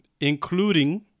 including